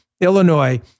Illinois